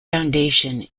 foundation